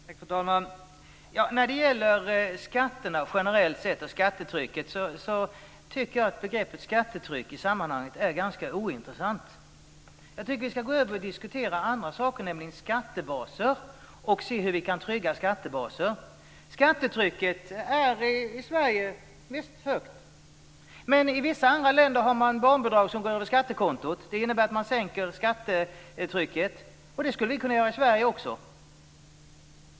Fru talman! När det gäller skatterna och skattetrycket generellt sett så tycker jag att begreppet skattetryck är ganska ointressant i sammanhanget. Jag tycker att vi ska gå över till att diskutera andra saker, nämligen skattebaser, och se hur vi kan trygga dem. Skattetrycket är högt i Sverige - visst. Men i vissa andra länder har man barnbidrag som går över skattekontot. Det innebär att man sänker skattetrycket. Det skulle vi kunna göra i Sverige också.